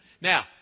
Now